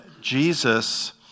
Jesus